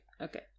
Okay